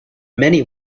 many